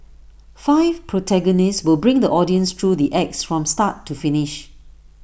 five protagonists will bring the audience through the acts from start to finish